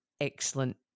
excellent